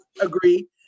agree